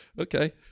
Okay